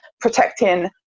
protecting